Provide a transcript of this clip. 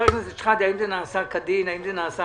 חבר הכנסת שחאדה, האם זה נעשה כפי שצריך?